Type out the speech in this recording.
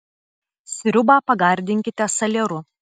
sriubą pagardinkite salieru